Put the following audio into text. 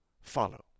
follow